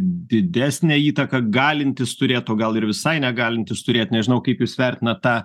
didesnę įtaką galintis turėt o gal ir visai negalintis turėt nežinau kaip jūs vertinat tą